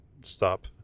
stop